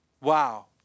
Wow